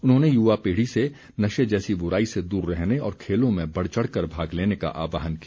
उन्होंने युवा पीढ़ी से नशे जैसी बुराई से दूर रहने और खेलों में बढ़चढ़ कर भाग लेने का आहवान किया